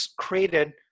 created